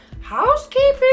Housekeeping